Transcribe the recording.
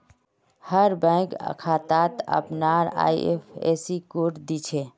हर bank खातात अपनार IFSC code दि छे